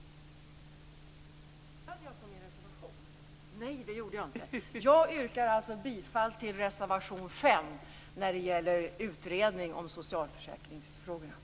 Jag yrkar bifall till reservation 5 som gäller utredning om socialförsäkringsfrågorna.